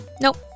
Nope